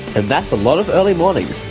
and that's a lot of early mornings.